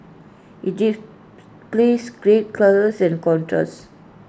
IT displays great colours and contrast